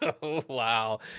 wow